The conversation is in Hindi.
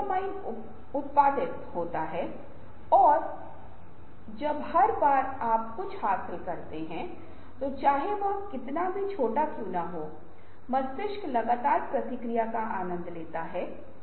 तो यह एक समय लेने वाली प्रक्रिया है लेकिन यदि आप विशेषज्ञों से विचार प्राप्त करना चाहते हैं तो हम इसे भी प्राप्त कर सकते हैं